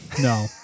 No